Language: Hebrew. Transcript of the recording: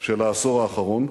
של העשור האחרון,